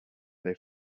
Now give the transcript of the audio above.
they